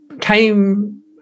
came